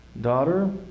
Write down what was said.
Daughter